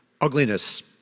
ugliness